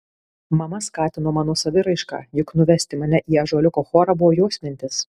mama skatino mano saviraišką juk nuvesti mane į ąžuoliuko chorą buvo jos mintis